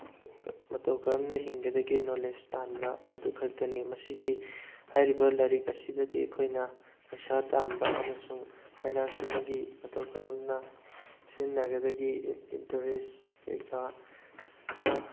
ꯃꯇꯧ ꯀꯔꯝꯅ ꯍꯤꯡꯒꯗꯒꯦ ꯅꯣꯂꯦꯖ ꯇꯥꯟꯕ ꯑꯗꯨꯈꯛꯇꯅꯤ ꯃꯁꯤꯒꯤ ꯍꯥꯏꯔꯤꯕ ꯂꯥꯏꯔꯤꯛ ꯑꯁꯤꯗꯗꯤ ꯑꯩꯈꯣꯏꯅ ꯄꯩꯁꯥ ꯇꯥꯟꯕ ꯑꯃꯁꯨꯡ ꯐꯥꯏꯅꯥꯟꯁꯤꯌꯦꯜꯒꯤ ꯃꯇꯧ ꯀꯔꯝꯅ ꯁꯤꯖꯤꯟꯅꯒꯗꯒꯦ ꯏꯟꯇꯔꯦꯁ ꯀꯩꯀꯥ